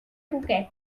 cuquet